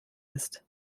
ist